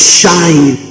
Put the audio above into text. shine